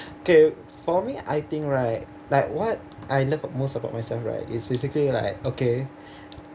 okay for me I think right like what I love most about myself right is basically like okay